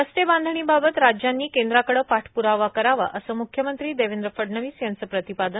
रस्ते बांधणीबाबत राज्यांनी केंद्राकडं पाठप्रावा करावा असं म्ख्यमंत्री देवेंद्र फडणवीस यांचं प्रतिपादन